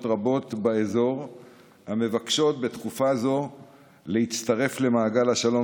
רבות באזור שמבקשות בתקופה זו להצטרף למעגל השלום